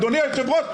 אדוני היושב-ראש,